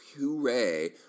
hooray